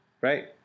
right